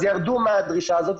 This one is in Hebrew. אז ירדו מהדרישה הזאת,